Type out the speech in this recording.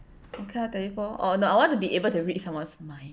okay lor teleport lor oh no I want to be able to read someone's mind